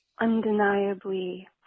undeniably